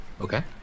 Okay